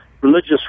religious